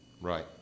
Right